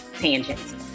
Tangents